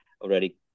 already